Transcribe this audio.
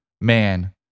man